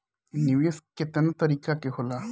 निवेस केतना तरीका के होला?